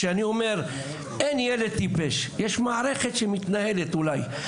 אני אומר אין ילד טיפש, יש מערכת שמתנהלת אולי.